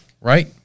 right